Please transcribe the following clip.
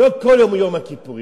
לא כל יום הוא יום הכיפורים.